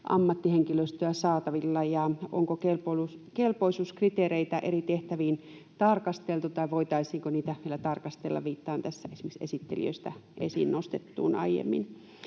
ammattihenkilöstöä saatavilla ja onko kelpoisuuskriteereitä eri tehtäviin tarkasteltu tai voitaisiinko niitä vielä tarkastella? Viittaan tässä esimerkiksi aiemmin esittelijöistä esiin nostettuun. Sitten